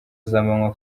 z’amanywa